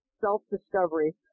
self-discovery